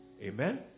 amen